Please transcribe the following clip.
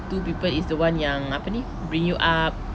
two people is the [one] yang apa ni bring you up